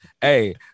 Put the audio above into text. Hey